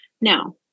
Now